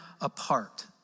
apart